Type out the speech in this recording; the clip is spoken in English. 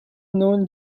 known